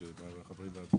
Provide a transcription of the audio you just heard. יש לנו דיון שהוא לא לרוחי.